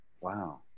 Wow